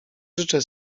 życzę